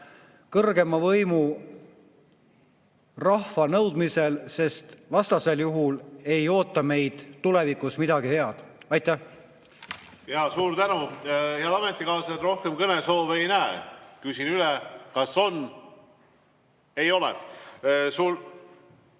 kõrgeima võimu, rahva nõudmisel, sest vastasel juhul ei oota meid tulevikus midagi head. Aitäh! Suur tänu! Head ametikaaslased, rohkem kõnesoove ei näe. Küsin üle, kas on? Ei ole.